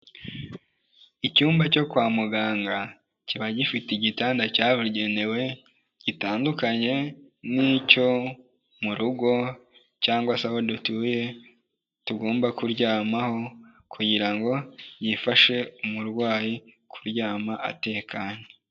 Icyumba cyo kwa muganga kiba gifite igitanda cyabugenewe, gitandukanye n'icyo mu rugo cyangwa se aho dutuye tugomba kuryamaho kugira ngo gifashe umurwayi kuryama atekanye.